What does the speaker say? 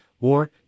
war